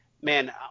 man